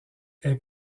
est